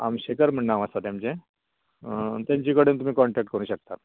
आमशेकर म्हण नांव आसा तेमचें तेंचे कडेन तुमीं कोनटेक्ट करूं शकतात